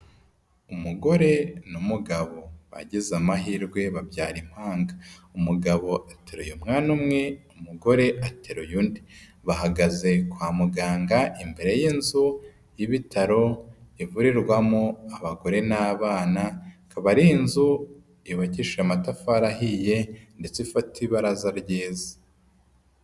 Umugore n'umugabo bagize amahirwe babyara impanga. Umugabo ateruye mwana umwe, umugore ateruye undi. Bahagaze kwa muganga imbere y'inzu y'ibitaro ivurirwamo abagore n'abana, ikaba ari inzu yubakishije amatafari ahiye ndetse ifata ibaraza ryiza.